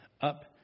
up